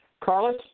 Carlos